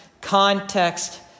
context